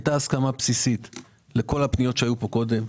הייתה הסכמה בסיסית לכל הפניות שהיו פה קודם,